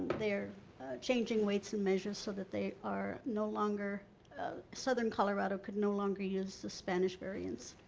they are changing weights and measures so that they are no longer southern colorado could no longer use the spanish variants.